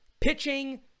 Pitching